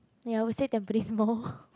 ya I would say Tampines Mall